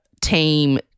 team